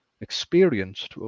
experienced